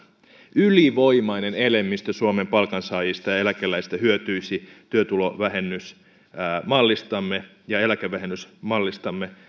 ylivoimainen enemmistö suomen palkansaajista ja eläkeläisistä hyötyisi työtulovähennysmallistamme ja eläkevähennysmallistamme